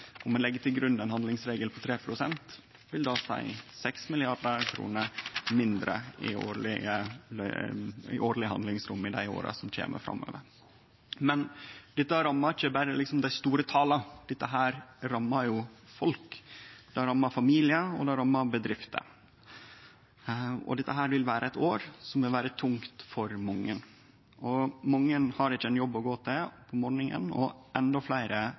legg til grunn ein handlingsregel på 3 pst., vil det seie 6 mrd. kr mindre i årleg handlingrom i åra som kjem. Men dette rammar ikkje berre dei store tala, det rammar folk, det rammar familiar, og det rammar bedrifter, og dette vil vere eit år som vil vere tungt for mange. Mange har ikkje ein jobb å gå til om morgonen, og endå fleire